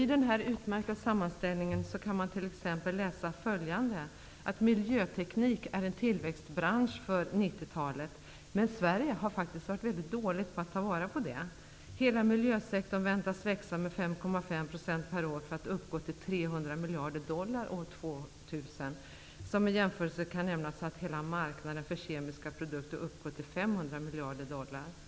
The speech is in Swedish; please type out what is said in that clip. I denna utmärkta sammanställning kan man t.ex. läsa att miljöteknik är en tillväxtbransch för 90-talet. Men i Sverige har vi faktiskt varit dåliga på att tillvarata detta. Hela miljösektorn beräknas växa med 5,5 % per år för att uppgå till 300 miljarder dollar år 2000. Som en jämförelse kan nämnas att hela marknaden för kemiska produkter uppgår till 500 miljarder dollar.